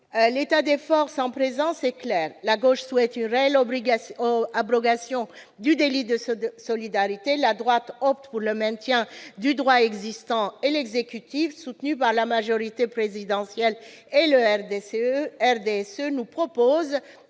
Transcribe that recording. L'état des forces en présence est clair : la gauche souhaite une réelle abrogation du délit de solidarité ; la droite opte pour le maintien du droit existant, et l'exécutif, soutenu par la majorité présidentielle et le RDSE, nous propose